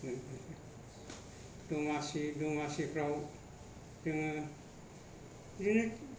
दमासि दमासिफ्राव जोङो बिदिनो